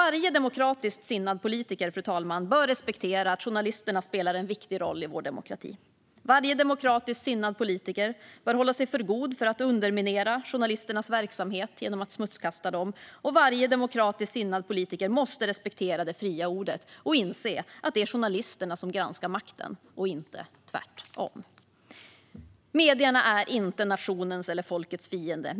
Varje demokratiskt sinnad politiker bör respektera att journalisterna spelar en viktig roll i vår demokrati. Varje demokratiskt sinnad politiker bör hålla sig för god för att underminera journalisternas verksamhet genom att smutskasta dem. Varje demokratiskt sinnad politiker måste respektera det fria ordet och inse att det är journalisterna som granskar makten och inte tvärtom. Medierna är inte nationens eller folkets fiende.